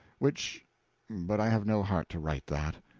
which but i have no heart to write that.